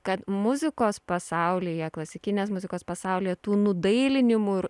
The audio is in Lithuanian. kad muzikos pasaulyje klasikinės muzikos pasaulyje tų nudailinimų ir